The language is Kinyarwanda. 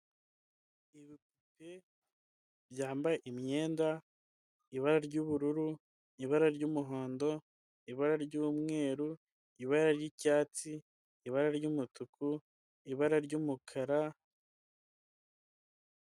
Ibipupe byambaye imyenda ibara ry'ubururu, ibara ry'umuhondo, ibara ry'umweru ibara ry'cyatsi, ibara ry'umutuku, ibara ry'umukara.